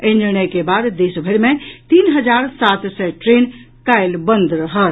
एहि निर्णय के बाद देशभरि मे तीन हजार सात सय ट्रेन काल्हि बंद रहत